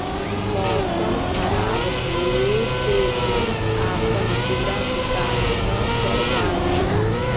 मौसम खराब होवे से बीज आपन पूरा विकास न कर पावेला